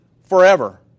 forever